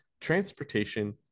transportation